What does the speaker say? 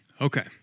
Okay